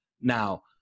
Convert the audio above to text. Now –